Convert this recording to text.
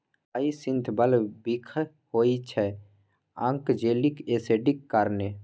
hyacinth bulb बिखाह होइ छै आक्जेलिक एसिडक कारणेँ